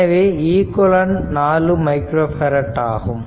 எனவே equivalent 4 microfarad ஆகும்